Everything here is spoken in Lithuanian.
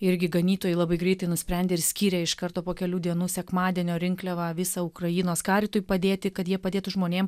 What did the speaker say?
irgi ganytojai labai greitai nusprendė ir skyrė iš karto po kelių dienų sekmadienio rinkliavą visą ukrainos karitui padėti kad jie padėtų žmonėm